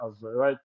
right